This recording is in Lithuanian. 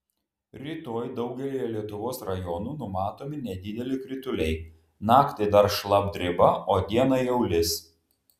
rytoj daugelyje lietuvos rajonų numatomi nedideli krituliai naktį dar šlapdriba o dieną jau lis